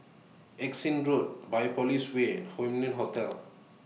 Erskine Road Biopolis Way Hotel